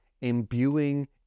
imbuing